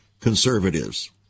conservatives